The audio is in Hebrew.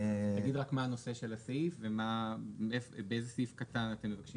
תגיד רק מה הנושא של הסעיף ובאיזה סעיף קטן אתם מבקשים להוסיף.